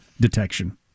detection